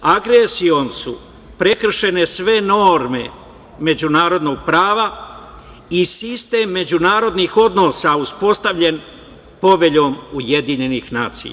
Agresijom su prekršene sve norme međunarodnog prava i sistem međunarodnih odnosa uspostavljen Poveljom UN.